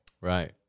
Right